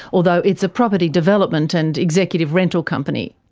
although it's a property development and executive rental company,